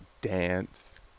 dance